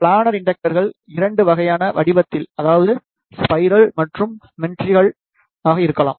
planar இண்டக்டர்கள் 2 வகையான வடிவத்தில் அதாவது ஸ்பைரல் மற்றும் மெண்டரிகல் இருக்கலாம்